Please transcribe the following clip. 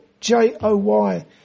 J-O-Y